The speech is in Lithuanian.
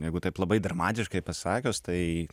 jeigu taip labai dramatiškai pasakius tai